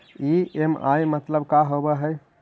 EMI मतलब का होब हइ?